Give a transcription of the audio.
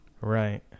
Right